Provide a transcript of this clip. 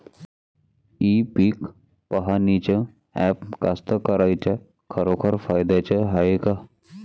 इ पीक पहानीचं ॲप कास्तकाराइच्या खरोखर फायद्याचं हाये का?